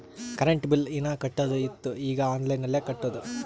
current bill ಹೀನಾ ಕಟ್ಟದು ಇತ್ತು ಈಗ ಆನ್ಲೈನ್ಲೆ ಕಟ್ಟುದ